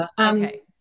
Okay